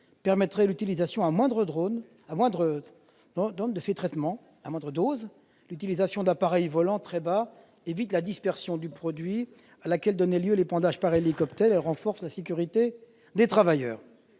permettrait l'utilisation à moindre dose de ces produits de traitement. L'utilisation d'appareils volant très bas évite la dispersion du produit à laquelle donnait lieu l'épandage par hélicoptère. Elle renforce la sécurité des travailleurs.